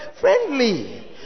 friendly